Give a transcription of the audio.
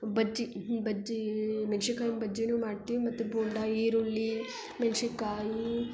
ಬಜ್ಜಿ ಬಜ್ಜಿ ಮೆಣ್ಸಿನ್ಕಾಯಿ ಬಜ್ಜಿನೂ ಮಾಡ್ತೀವಿ ಮತ್ತು ಬೋಂಡ ಈರುಳ್ಳಿ ಮೆಣ್ಸಿನ್ಕಾಯಿ